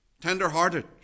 Tender-hearted